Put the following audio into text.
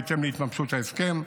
בהתאם להתממשות ההסכם,